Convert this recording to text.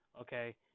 okay